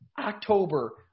October –